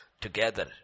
together